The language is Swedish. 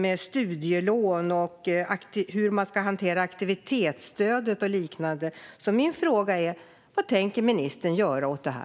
Det handlar om studielån och om hur man ska hantera aktivitetsstödet och liknande. Min fråga är: Vad tänker ministern göra åt detta?